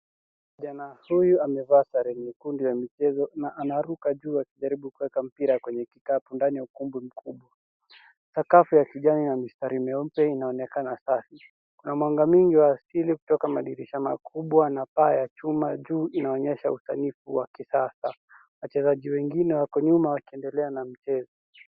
Kijana huyu amevaa sare nyekundu ya michezo na anaruka juu akijaribu kuweka mpira kwenye kikapu ndani ya ukumbi mkubwa. Sakafu ya kijani na mistari meupe inaonekana safi na mwanga mwingi wa asili kutoka madirisha makubwa na paa ya chuma ya juu inaonyesha usanifu wa kisasa. Wachezaji wengine wako nyuma wakiendelea na mchezo.